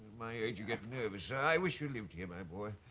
my age you get nervous. i wish you lived here my boy.